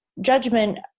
judgment